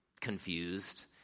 confused